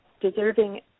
deserving